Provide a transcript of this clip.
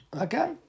Okay